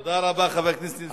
תודה רבה, חבר הכנסת נסים זאב.